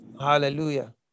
Hallelujah